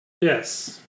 Yes